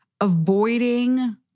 avoiding